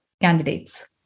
candidates